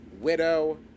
widow